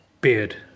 Beard